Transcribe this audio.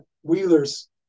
Wheeler's